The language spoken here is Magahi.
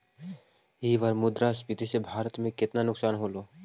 ई बार मुद्रास्फीति से भारत में केतना नुकसान होलो